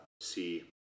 see